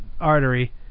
artery